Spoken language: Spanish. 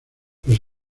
los